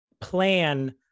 plan